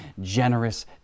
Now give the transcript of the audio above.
generous